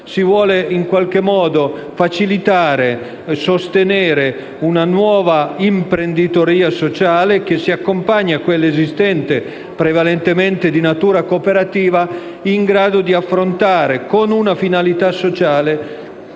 Si vuole facilitare, sostenere, una nuova imprenditoria sociale che si accompagna a quella esistente, prevalentemente di natura cooperativa, in grado di affrontare, con una finalità sociale,